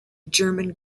german